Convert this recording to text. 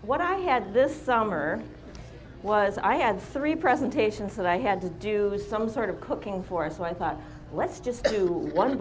what i had this summer was i had three presentations that i had to do some sort of cooking for and so i thought let's just do one